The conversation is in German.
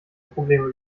probleme